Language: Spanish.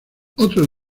otros